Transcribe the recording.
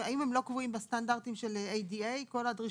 התייחסנו לקווינס לנד ולא לכל אוסטרליה כי יש הבדל בין מדינות